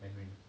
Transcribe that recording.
mandarin